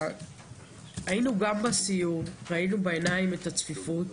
היינו גם בסיור, ראינו בעיניים את הצפיפות.